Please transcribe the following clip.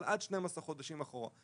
אבל עד 12 חודשים אחורה.